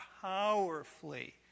powerfully